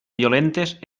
violentes